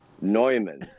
Neumann